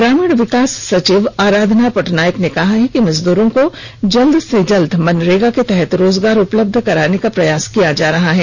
ग्रामीण विकास सचिव आराधना पटनायक ने कहा है कि मजदूरों को जल्द से जल्द मनरेगा के तहत रोजगार उपलब्ध कराने का प्रयास किया जा रहा है